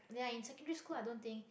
ya in secondary school I don't think